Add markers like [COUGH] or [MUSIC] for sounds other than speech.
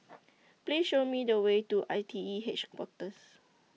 Please Show Me The Way to I T E [UNINTELLIGIBLE]